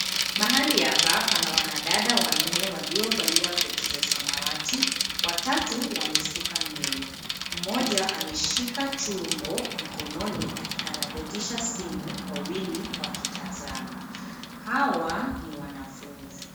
Mahali hapa pana wanadada wanne waliovalia koti za samawati, watatu wamesuka nywele. Mmoja ameshika chumbo mkononi akikarabatisha simu, wawili wakitazama. Hawa ni wanafunzi.